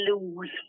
lose